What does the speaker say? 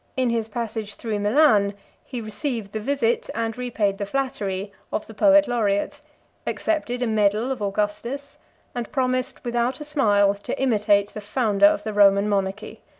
in his passage through milan he received the visit, and repaid the flattery, of the poet-laureate accepted a medal of augustus and promised, without a smile, to imitate the founder of the roman monarchy.